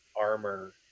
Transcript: armor